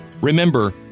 Remember